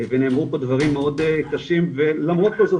ונאמרו פה דברים מאוד קשים ולמרות כל זאת,